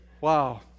Wow